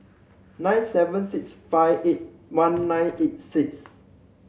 nine seven six five eight one nine eight six